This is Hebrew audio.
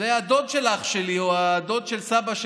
זה הדוד של אח שלי או הדוד של סבא,